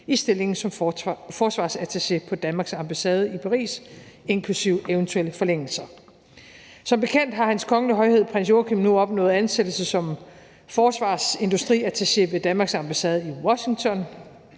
i stillingen som forsvarsattaché på Danmarks ambassade i Paris, inklusive eventuelle forlængelser. Som bekendt har Hans Kongelige Højhed Prins Joachim nu opnået ansættelse som forsvarsindustriattaché ved Danmarks ambassade i Washington